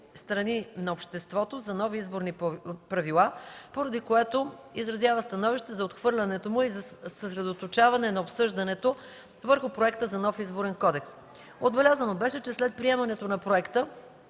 на обществото за нови изборни правила, поради което изразява становище за отхвърлянето му и за съсредоточаване на обсъждането върху проекта за нов Изборен кодекс. Отбелязано беше, че след приемане на проекта